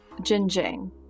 Jinjing